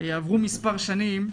עברו מספר שנים,